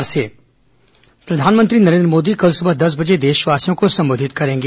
PM संबोधन प्रधानमंत्री नरेन्द्र मोदी कल सुबह दस बजे देशवासियों को संबोधित करेंगे